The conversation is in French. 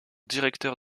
directeur